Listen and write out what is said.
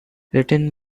written